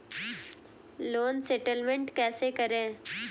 Loan settlement कैसे करें?